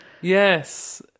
yes